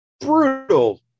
brutal